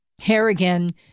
Harrigan